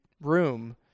room